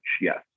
Yes